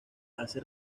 hace